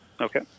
okay